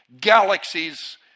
galaxies